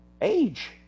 age